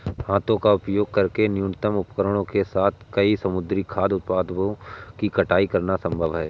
हाथों का उपयोग करके न्यूनतम उपकरणों के साथ कई समुद्री खाद्य पदार्थों की कटाई करना संभव है